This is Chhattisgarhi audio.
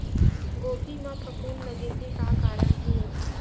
गोभी म फफूंद लगे के का कारण हे?